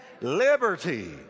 liberty